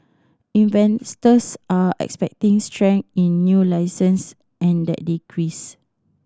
investors are expecting strength in new licences and that decreased